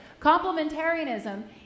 Complementarianism